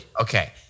Okay